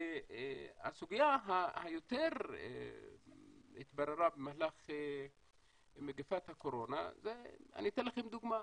סוגיה שהתבררה במהלך הקורונה, אני אתן לכם דוגמה,